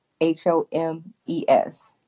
H-O-M-E-S